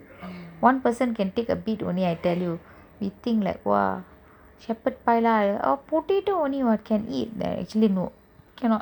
one person can take a bit only I tell you we think like !wah! shepards pie potato only [what] can eat then actually no cannot